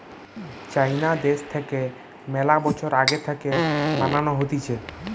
চাইনা দ্যাশ থাকে মেলা বছর আগে থাকে বানানো হতিছে